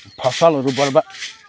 फसलहरू बर्बाद